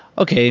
ok